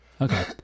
Okay